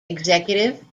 executive